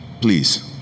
please